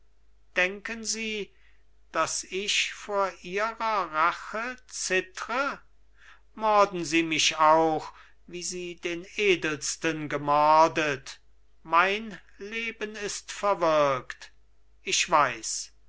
denken sie daß ich vor ihrer rache zittre morden sie mich auch wie sie den edelsten gemordet mein leben ist verwirkt ich weiß was